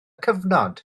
cyfnod